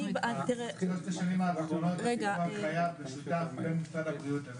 בשנים האחרונות הפיקוח היה משותף בין משרד הבריאות למשרד הכלכלה.